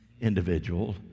individual